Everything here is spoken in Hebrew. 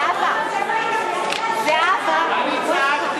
אני אומר,